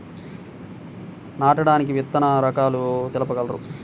నాటడానికి విత్తన రకాలు తెలుపగలరు?